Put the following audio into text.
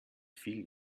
viel